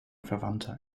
verwandter